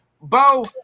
Bo